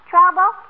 Trouble